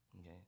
okay